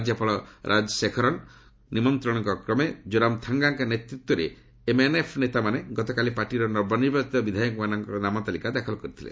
ରାଜ୍ୟପାଳ ରାଜଶେଖରନ୍ଙ୍କ ନିମନ୍ତ୍ରଣ କ୍ରମେ ଜୋରାମ ଥାଙ୍ଗାଙ୍କ ନେତୃତ୍ୱରେ ଏମ୍ଏନ୍ଏଫ୍ ନେତାମାନେ ଗତକାଲି ପାର୍ଟିର ନବନିର୍ବାଚିତ ବିଧାୟକମାନଙ୍କ ନାମ ତାଲିକା ଦାଖଲ କରିଥିଲେ